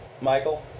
Michael